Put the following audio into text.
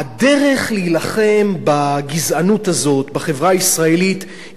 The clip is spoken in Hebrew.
הדרך להילחם בגזענות הזאת בחברה הישראלית היא